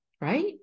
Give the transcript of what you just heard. right